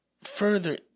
further